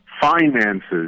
finances